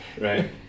Right